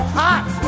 hot